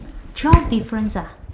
twelve difference ah